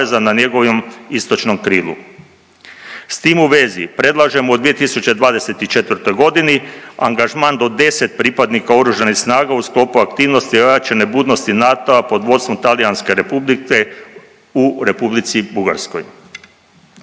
na njegovom istočnom krilu. S tim u vezi predlažemo u 2024. godini angažman do 10 pripadnika Oružanih snaga u sklopu aktivnosti ojačane budnosti NATO-a pod vodstvom Talijanske Republike u Republici Bugarskoj.